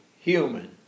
human